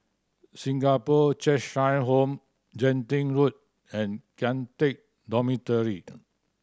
Singapore Cheshire Home Genting Road and Kian Teck Dormitoried